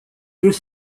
deux